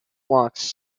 flocks